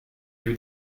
you